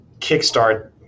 kickstart